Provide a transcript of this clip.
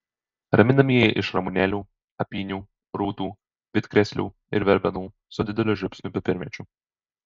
raminamieji iš ramunėlių apynių rūtų bitkrėslių ir verbenų su dideliu žiupsniu pipirmėčių